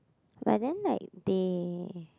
but then like they